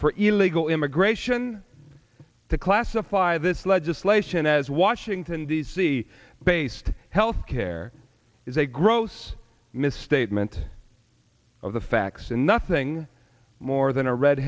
for illegal immigration to classify this legislation as washington d c based health care is a gross misstatement of the facts and nothing more than a red